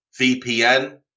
VPN